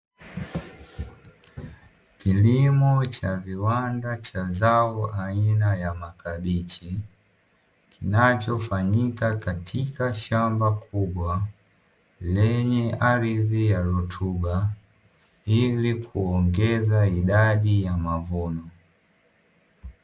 Kilimo cha viwanda cha zao la aina ya makabichi kinachofanyika katika shamba kubwa lenye ardhi ya rutuba, ili kuongeza idadi ya mavuno.